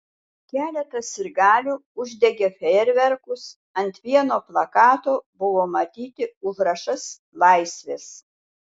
keletas sirgalių uždegė fejerverkus ant vieno plakato buvo matyti užrašas laisvės